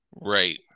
Right